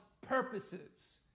purposes